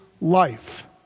life